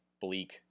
bleak